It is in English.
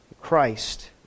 Christ